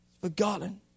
Forgotten